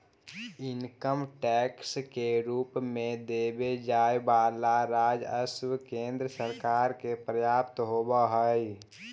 income tax के रूप में देवे जाए वाला राजस्व केंद्र सरकार के प्राप्त होव हई